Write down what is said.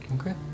Okay